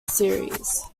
series